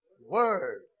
word